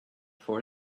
for